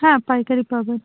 হ্যাঁ পাইকারি পাবেন